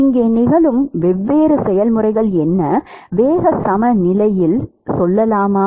எனவே இங்கே நிகழும் வெவ்வேறு செயல்முறைகள் என்ன வேக சமநிலையில் சொல்லலாமா